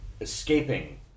escaping